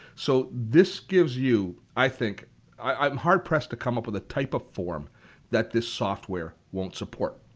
so this gives you, i think i'm hard-pressed to come up with a type of form that this software won't support.